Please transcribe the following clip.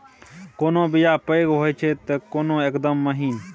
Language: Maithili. कोनो बीया पैघ होई छै तए कोनो एकदम महीन